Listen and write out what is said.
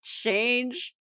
change